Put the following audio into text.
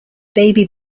baby